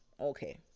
Okay